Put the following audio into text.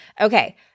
Okay